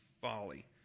folly